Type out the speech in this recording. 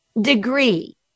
degree